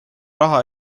raha